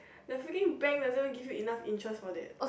the freaking bank doesn't even give you enough interest for that